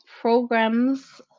programs